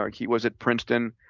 um he was at princeton,